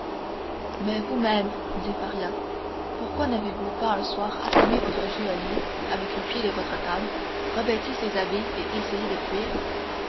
mais vous-même dit faria pourquoi n'avez-vous pas un soir assommé votre geôlier avec le pied de votre table revêtu ses habits et essayé de fuir